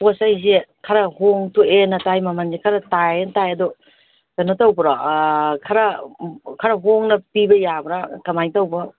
ꯄꯣꯠꯆꯩꯁꯦ ꯈꯔ ꯍꯣꯡꯗꯣꯛꯑꯦꯅ ꯇꯥꯏ ꯃꯃꯟꯖꯦ ꯈꯔ ꯇꯥꯏꯌꯦꯅ ꯇꯥꯏ ꯑꯗꯨ ꯀꯩꯅꯣ ꯇꯧꯕ꯭ꯔꯣ ꯈꯔ ꯈꯔ ꯍꯣꯡꯅ ꯄꯤꯕ ꯌꯥꯕ꯭ꯔꯥ ꯀꯃꯥꯏꯅ ꯇꯧꯕ